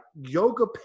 yoga